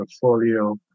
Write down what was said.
portfolio